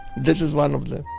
this is one of them